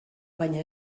baina